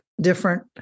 different